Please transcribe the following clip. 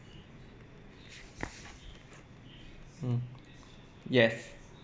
mm yes